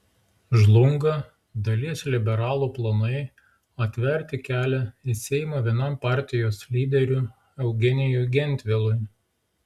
žlunga dalies liberalų planai atverti kelią į seimą vienam partijos lyderių eugenijui gentvilui